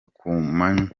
kumanywa